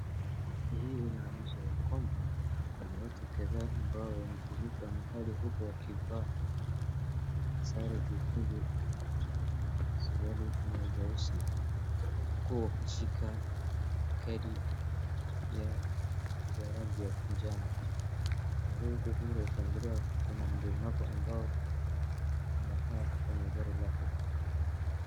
Hii inaonyesha ya kwamba, kuna watu kadhaa ambao wamejumuika mahali huku wakivaa sare jekundu na suruari nyeusi, huku wakishika kadi ya rangi ya manjano na huku mbele ukiangalia kuna mchezaji ambaye anakaa kwenye gari lake.